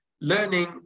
learning